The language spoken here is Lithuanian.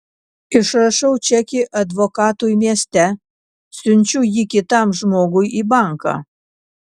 išrašau čekį advokatui mieste siunčiu jį kitam žmogui į banką